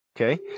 Okay